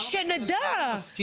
דיברת על הסעיף הזה?